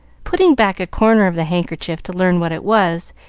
putting back a corner of the handkerchief to learn what it was,